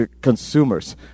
consumers